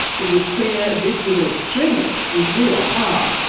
it was clear this was an extremist with real power.